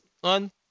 one